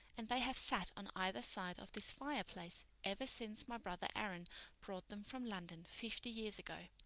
and they have sat on either side of this fireplace ever since my brother aaron brought them from london fifty years ago.